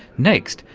next,